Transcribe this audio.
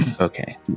okay